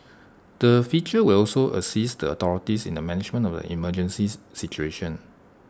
the feature will also assist the authorities in the management of the emergency situation